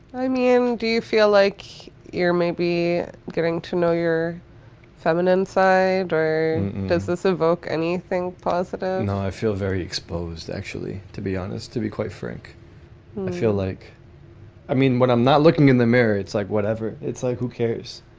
i mean, do you feel like you're maybe getting to know your feminine side or does this evoke anything positive? no, i feel very exposed, actually. to be honest, to be quite frank, i feel like i mean, when i'm not looking in the mirror, it's like whatever. it's like, who cares?